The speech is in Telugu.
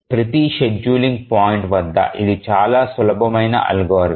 ప్రతి షెడ్యూలింగ్ పాయింట్ వద్ద ఇది చాలా సులభమైన అల్గోరిథం